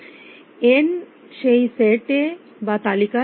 n সেই set এ বা তালিকায় আছে কিনা